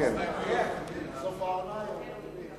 סוף העונה היום.